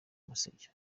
kumusebya